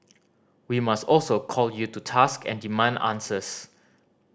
we must also call you to task and demand answers